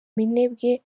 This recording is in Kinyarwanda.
minembwe